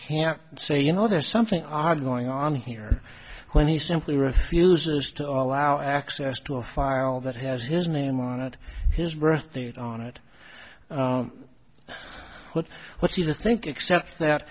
can say you know there's something odd going on here when he simply refuses to allow access to a file that has his name on it his birth date on it what what's he to think except that